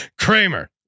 Kramer